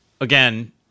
again